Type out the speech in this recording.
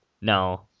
No